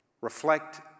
reflect